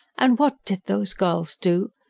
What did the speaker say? and what did those girls do?